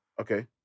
Okay